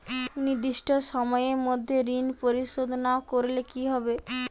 নির্দিষ্ট সময়ে মধ্যে ঋণ পরিশোধ না করলে কি হবে?